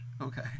Okay